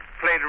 played